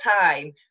time